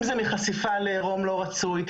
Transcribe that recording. אם זה מחשיפה לעירום לא רצוי,